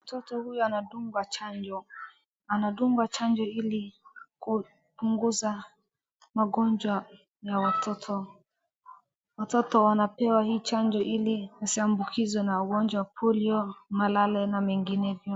Mtoto huyu anadungwa chanjo, anadungwa chango ili kupunguza magonjwa ya watoto. Watoto wanapewa hii chanjo ili wasiambukizwe na ugonjwa wa polio , malale na menginevyo.